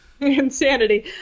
Insanity